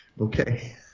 Okay